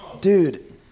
Dude